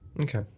Okay